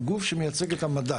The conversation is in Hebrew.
הוא גוף שמייצג את המדע.